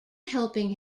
helping